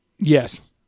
Yes